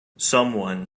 someone